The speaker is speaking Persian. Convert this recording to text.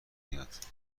میاد